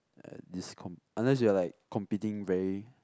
at this com~ unless you're like competing very